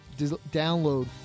Download